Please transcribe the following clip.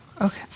Okay